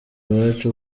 uwacu